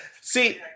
See